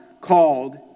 called